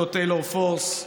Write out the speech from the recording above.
אותו טיילור פורס,